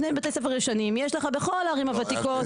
מבני בתי ספר ישנים יש לך בכל הערים הוותיקות.